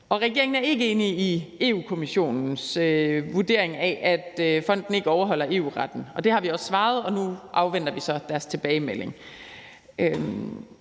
Regeringen er ikke enig i Europa-Kommissionens vurdering af, at fonden ikke overholder EU-retten. Det har vi også svaret, og nu afventer vi så deres tilbagemelding.